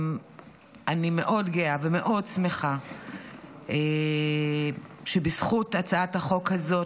אני מאוד גאה ומאוד שמחה שבזכות הצעת החוק הזאת